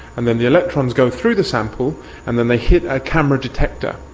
and then the electrons go through the sample and then they hit a camera detector.